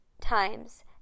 times